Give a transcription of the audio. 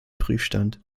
prüfstand